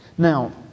Now